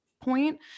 point